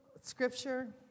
scripture